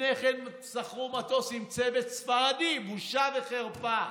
לפני כן שכרו מטוס עם צוות ספרדי, בושה וחרפה.